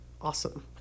awesome